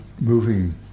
moving